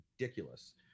ridiculous